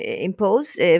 imposed